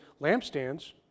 lampstands